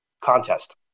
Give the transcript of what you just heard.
contest